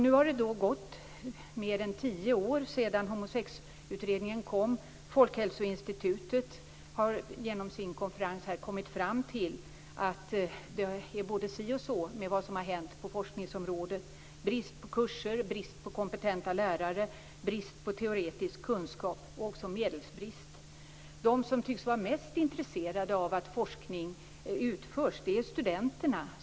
Nu har det gått mer än tio år sedan homosexutredningen kom. Folkhälsoinstitutet har genom sin konferens kommit fram till att det är både si och så med vad som har hänt på forskningsområdet. Det råder brist på kurser, brist på kompetenta lärare och brist på teoretisk kunskap. Det finns också en medelsbrist. De som tycks vara mest intresserade av att forskning genomförs är studenterna.